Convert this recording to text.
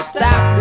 Stop